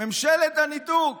ממשלת הניתוק,